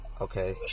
Okay